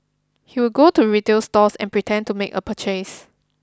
he would go to retail stores and pretend to make a purchase